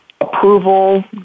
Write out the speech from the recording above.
approval